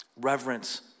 reverence